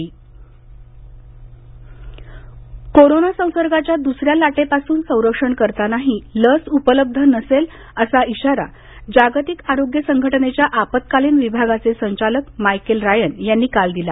जग corona corona संसर्गाच्या दुसऱ्या लाटेपासून संरक्षण करतानाही लस उपलब्ध नसेल असा इशारा जागतिक आरोग्य संघटनेच्या आपत्कालीन विभागाचे संचालक मायकेल रायन यांनी काल दिला